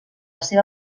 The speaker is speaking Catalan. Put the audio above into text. seva